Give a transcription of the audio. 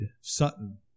Sutton